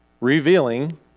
revealing